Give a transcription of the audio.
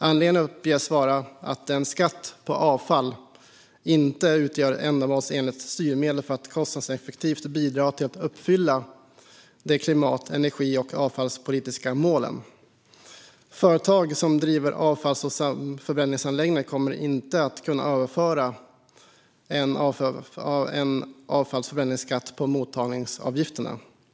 Anledningen uppges vara att en skatt på avfall inte utgör ett ändamålsenligt styrmedel för att kostnadseffektivt bidra till att uppfylla de klimat, energi och avfallspolitiska målen. Företag som driver avfallsförbränningsanläggningar kommer inte att kunna överföra en avfallsförbränningsskatt på mottagningsavgifterna.